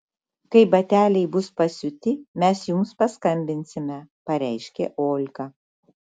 kai bateliai bus pasiūti mes jums paskambinsime pareiškė olga